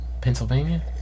Pennsylvania